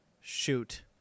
shoot